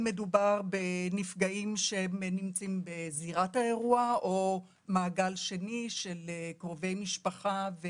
מדובר בנפגעים שנמצאים בזירת האירוע או מעגל שני של קרובי משפחה.